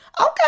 Okay